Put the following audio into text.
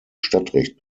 stadtrecht